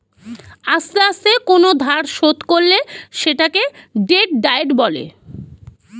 আস্তে আস্তে কোন ধার শোধ করলে সেটাকে ডেট ডায়েট বলে